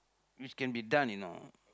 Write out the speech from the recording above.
which can be done you know